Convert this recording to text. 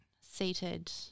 seated